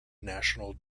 national